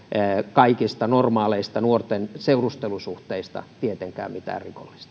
kaikista normaaleista nuorten seurustelusuhteista tietenkään mitään